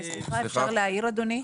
אפשר להעיר, אדוני?